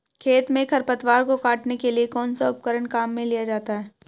खेत में खरपतवार को काटने के लिए कौनसा उपकरण काम में लिया जाता है?